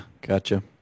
Gotcha